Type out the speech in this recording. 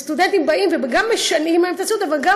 סטודנטים באים וגם משנעים להם את הציוד וגם